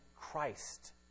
Christ